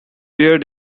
pierre